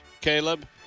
Caleb